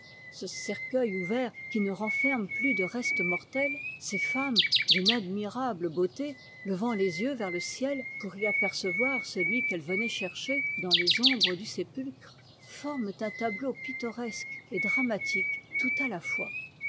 ce cercueil ouvert qui ne renferme plus de restes mortels ces femmes d'une admirable beauté levant les yeux vers le ciel pour y apercevoir celui qu'elles venaient chercher dans les ombres du sépulcre forment un tableau pittoresque et dramatique tout à la fois